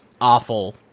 awful